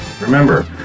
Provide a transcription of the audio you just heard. Remember